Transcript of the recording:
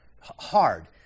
hard